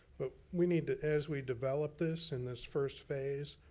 but we need to, as we develop this in this first phase,